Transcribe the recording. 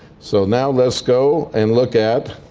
so now let's go and look at